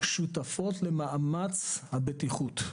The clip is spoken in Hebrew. שותפות למאמץ הבטיחות.